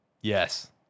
Yes